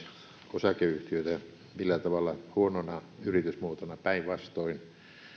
osakeyhtiötä millään tavalla huonona yritysmuotona päinvastoin